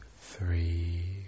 three